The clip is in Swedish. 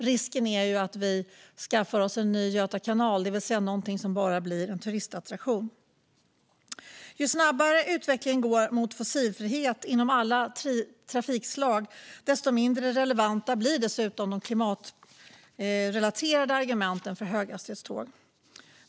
Risken är att vi skaffar oss en ny Göta kanal, det vill säga något som bara blir en turistattraktion. Ju snabbare utvecklingen mot fossilfrihet går inom alla trafikslag, desto mindre relevanta blir dessutom de klimatrelaterade argumenten för höghastighetståg.